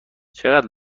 چقدر